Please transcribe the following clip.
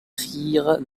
prirent